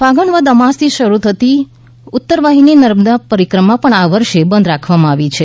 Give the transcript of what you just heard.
ફાગણ વદ અમાસથી શરૂ થતી ઉત્તરવાહીની નર્મદા પરિક્રમાં પણ આ વર્ષે બંધ રાખવામા આવી છે